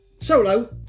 solo